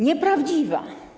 Nieprawdziwa.